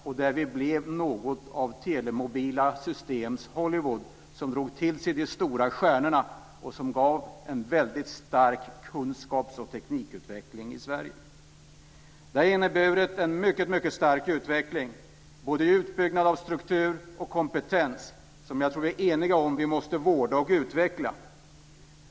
Sverige blev något av telemobila systems Hollywood, som drog till sig de stora stjärnorna och som gav en väldigt stark kunskaps och teknikutveckling i Sverige. Detta har inneburit en mycket stark utveckling, både i utbyggnad av struktur och kompetens, som jag tror att vi är eniga om att vi måste vårda och utveckla.